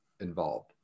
involved